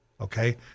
okay